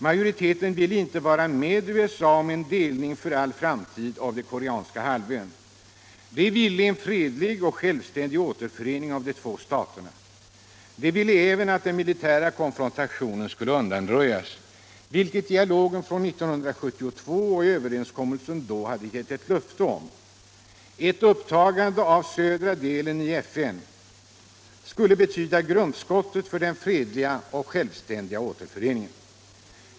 Majoriteten ville inte vara med på USA:s förslag om en delning för all framtid av den koreanska halvön, utan majoriteten önskade få till stånd en fredlig och självständig återförening av de två staterna. Majoriteten ville även att den militära konfrontationen skulle undanröjas, vilket dialogen från 1972 och överenskommelsen då hade gett ett löfte om. Ett upptagande av södra delen av Korea i FN skulle betyda grundskottet för den fredliga och självständiga återföreningen.